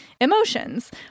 emotions